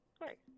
Right